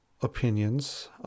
opinions